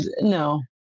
no